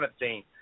17